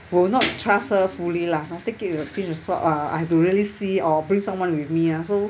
will not trust her fully lah take it with a pinch of salt ah I have to really see or bring someone with me ya so